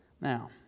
Now